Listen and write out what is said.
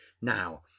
now